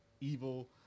evil